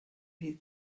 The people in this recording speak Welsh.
fydd